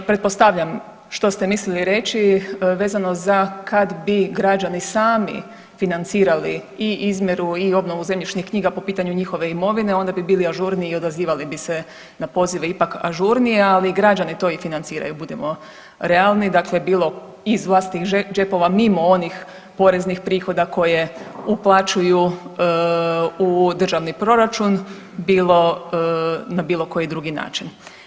Pretpostavljam što ste mislili reći vezano za kad bi građani sami financirali i izmjeru i obnovu zemljišnih knjiga po pitanju njihove imovine onda bi bili ažurniji i odazivali bi se na pozive ipak ažurnije, ali građani to i financiraju, budimo realni, dakle bilo iz vlastitih džepova mimo onih poreznih prihoda koje uplaćuju u državni proračun, bilo na bilo koji drugi način.